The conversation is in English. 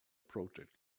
project